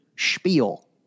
Spiel